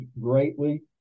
greatly